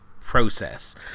process